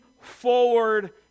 forward